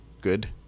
good